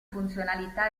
funzionalità